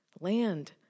land